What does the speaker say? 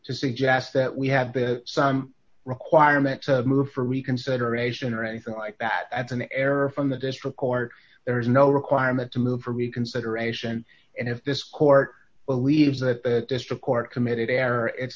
suggest that we have some requirement to move for reconsideration or anything like that as an error from the district court there is no requirement to move from a consideration and if this court believes that the district court committed error it's